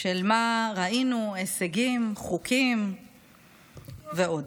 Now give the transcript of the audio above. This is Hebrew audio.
של מה ראינו, הישגים, חוקים ועוד.